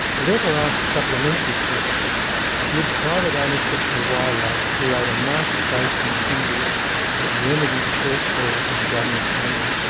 we therefore asked the supplementary question would private ownership of wildlife create a market-based incentive that remedied shortfalls in government funding?